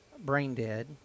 brain-dead